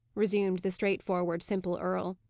resumed the straightforward, simple earl.